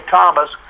Thomas